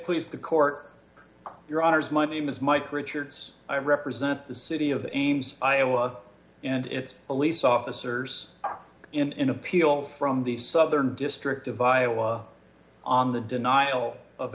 please the court your honors my me ms mike richards i represent the city of ames iowa and its a lease officers are in appeal from the southern district of viola on the denial of